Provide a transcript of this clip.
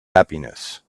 happiness